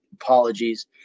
Apologies